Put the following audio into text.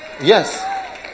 Yes